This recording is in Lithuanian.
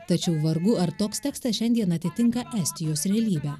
tačiau vargu ar toks tekstas šiandien atitinka estijos realybę